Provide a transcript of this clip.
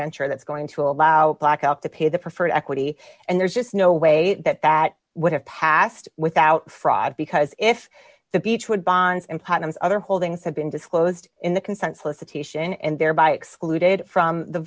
indenture that's going to allow blackout to pay the preferred equity and there's just no way that that would have passed without fraud because if the beechwood bonds in putnam's other holdings have been disclosed in the consensus situation and thereby excluded from the